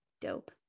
dope